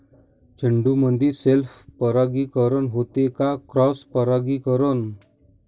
झेंडूमंदी सेल्फ परागीकरन होते का क्रॉस परागीकरन?